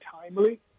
timely